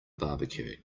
barbecue